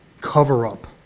cover-up